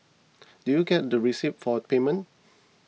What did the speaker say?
do you get the receipts for payments